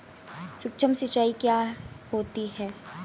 सुक्ष्म सिंचाई क्या होती है?